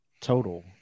total